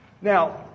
Now